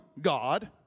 God